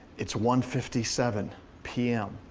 it's one fifty seven p m.